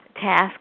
task